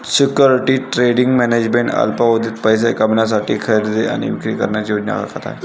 securities trading management अल्पावधीत पैसे कमविण्यासाठी खरेदी आणि विक्री करण्याची योजना आखत आहे